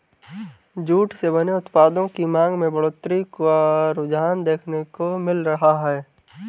jute से बने उत्पादों की मांग में बढ़ोत्तरी का रुझान देखने को मिल रहा है